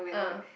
ah